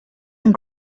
and